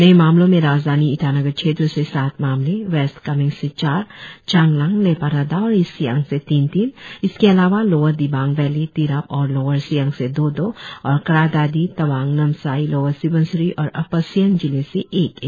नए मामलों में राजधानी ईटानगर क्षेत्र से सात मामले वेस्ट कामेंग से चार चांगलांग लेपारादा और ईस्ट सियांग से तीन तीन इसके अलावा लोअर दिबांग वैली तिराप और लोअर सियांग से दो दो और क्रा दादी तवांग नामसाई लोअर स्बनसिरी और अपर सियांग जिले से एक एक